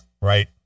Right